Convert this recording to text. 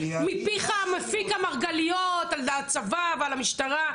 מפיך המפיק מרגליות על הצבא ועל המשטרה.